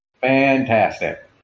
Fantastic